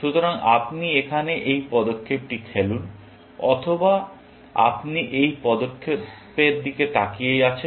সুতরাং আপনি এখানে এই পদক্ষেপটি খেলুন অথবা আপনি এই পদক্ষেপের দিকে তাকিয়ে আছেন